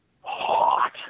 hot